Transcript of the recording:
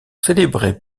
célébrer